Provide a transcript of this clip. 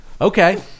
Okay